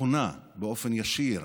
פונה באופן ישיר